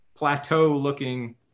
plateau-looking